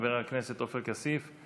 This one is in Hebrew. חבר הכנסת עופר כסיף,